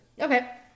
Okay